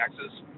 taxes